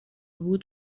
بود